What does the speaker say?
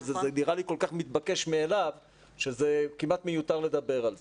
זה נראה לי כל כך מתבקש מאליו שזה כמעט מיותר לדבר על זה.